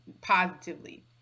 positively